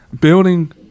building